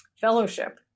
fellowship